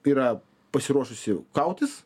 yra pasiruošusi kautis